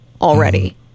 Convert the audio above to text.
already